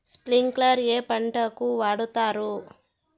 స్ప్రింక్లర్లు ఏ పంటలకు వాడుతారు?